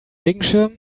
regenschirm